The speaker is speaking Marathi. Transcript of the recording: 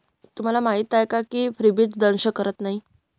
तुम्हाला माहीत आहे का की फ्रीबीज दंश करत नाही